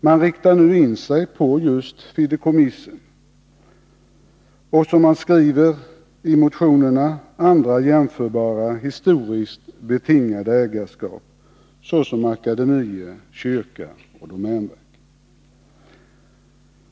Man riktar nu in sig på just fideikommissen och, som man skriver i motionerna, andra jämförbara historiskt betingade ägarskap, så som akademier, kyrka och domänverk.